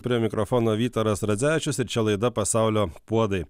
prie mikrofono vytaras radzevičius ir čia laida pasaulio puodai